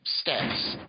steps